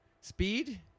speed